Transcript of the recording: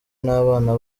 n’abana